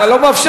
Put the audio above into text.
אתה תמים.